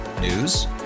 News